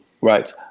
Right